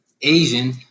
Asian